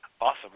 Awesome